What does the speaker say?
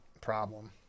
Problem